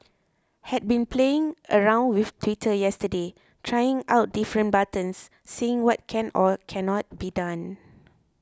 had been playing around with Twitter yesterday trying out different buttons seeing what can or cannot be done